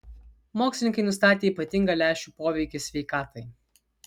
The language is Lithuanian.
mokslininkai nustatė ypatingą lęšių poveikį sveikatai